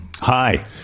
Hi